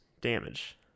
damage